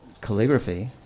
calligraphy